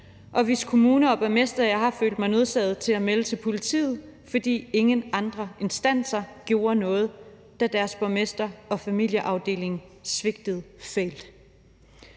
og hvis kommuner og borgmestre jeg har følt mig nødsaget til at melde til politiet, fordi ingen andre instanser gjorde noget, da deres borgmester og familieafdeling svigtede fælt.